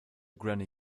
granny